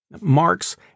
Marx